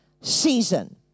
season